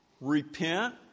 repent